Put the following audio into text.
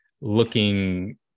looking